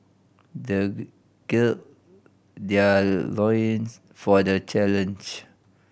the gird their loins for the challenge